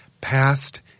Past